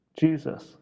Jesus